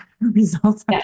results